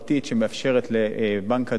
שמאפשרת לבנק הדואר,